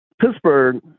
Pittsburgh